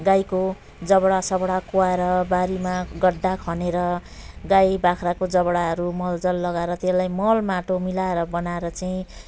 गाईको जबडासबडा कुहाएर बारीमा गड्डा खनेर गाई बाख्राको जबडाहरू मलजल लगाएर त्यसलाई मल माटो मिलाएर बनाएर चाहिँ